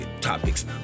topics